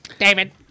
David